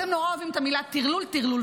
אתם נורא אוהבים את המילה "טרלול", "טרלול".